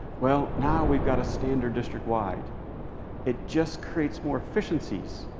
well, now we've got a standard district-wide. it just creates more efficiencies.